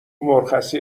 مرخصی